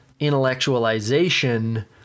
intellectualization